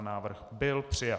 Návrh byl přijat.